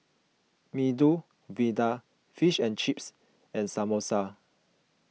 Medu Vada Fish and Chips and Samosa